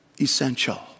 essential